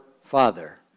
Father